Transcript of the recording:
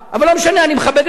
אבל לא משנה, אני מכבד את כולם.